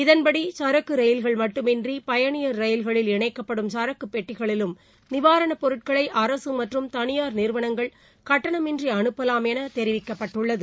இதன்படி சரக்கு ரயில்கள் மட்டுமின்றி பயணியர் ரயில்களில் இணைக்கப்படும் சரக்குப் பெட்டிகளிலும் நிவாரணப் பொருட்களை அரசு மற்றும் தனியார் நிறுவனங்கள் கட்டணமின்றி அனுப்பலாம் என தெரிவிக்கப்பட்டுள்ளது